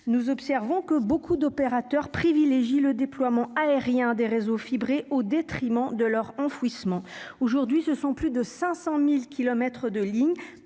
nous observons que beaucoup d'opérateurs privilégie le déploiement aérien des réseau fibré au détriment de leur enfouissement aujourd'hui, ce sont plus de 500000 kilomètres